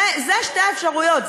אלה שתי האפשרויות.